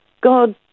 God